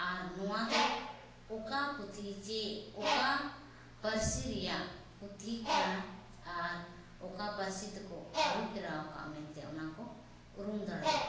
ᱟᱨ ᱱᱚᱣᱟ ᱫᱚ ᱚᱠᱟ ᱯᱩᱛᱷᱤ ᱥᱮ ᱚᱠᱟ ᱯᱟᱹᱨᱥᱤ ᱨᱮᱭᱟᱜ ᱯᱩᱛᱷᱤ ᱠᱟᱱᱟ ᱟᱨ ᱚᱠᱟ ᱯᱟᱹᱨᱥᱤ ᱛᱮᱠᱚ ᱟᱹᱨᱩ ᱯᱷᱮᱨᱟᱣ ᱟᱠᱟᱫᱼᱟ ᱢᱮᱱᱛᱮ ᱚᱱᱟ ᱠᱚ ᱩᱨᱩᱢ ᱫᱟᱲᱮᱭᱟᱜᱼᱟ